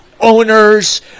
owners